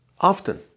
often